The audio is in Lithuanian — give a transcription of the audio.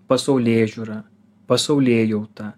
pasaulėžiūrą pasaulėjautą